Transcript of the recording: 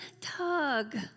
tug